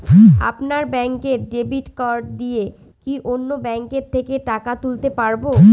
আপনার ব্যাংকের debit card দিয়ে কি অন্য ব্যাংকের থেকে টাকা তুলতে পারবো?